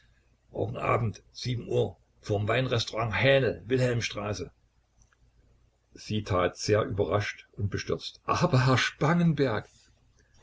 morgen abend uhr vorm weinrestaurant haenel wilhelmstraße sie tat sehr überrascht und bestürzt aber herr spangenberg